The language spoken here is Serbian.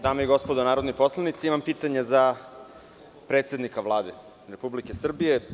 Dame i gospodo narodni poslanici, imam pitanje za predsednika Vlade Republike Srbije.